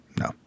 no